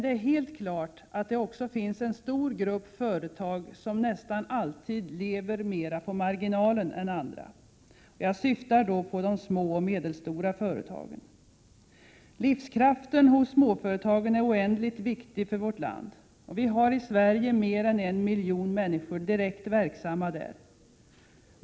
Det är helt klart att det också finns en stor grupp företag som nästan alltid lever mera på marginalen än andra. Jag syftar då på de små och medelstora företagen. Livskraften hos småföretagen är oändligt viktig för vårt land. Vi har i Sverige mer än en miljon människor direkt verksamma där.